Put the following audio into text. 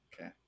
okay